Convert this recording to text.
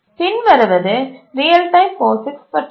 பின்வருவது real time POSIX பற்றியது